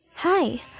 Hi